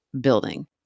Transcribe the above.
building